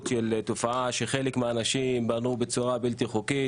של תופעה שחלק מהאנשים בנו בצורה בלתי חוקית,